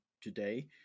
today